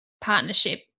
partnership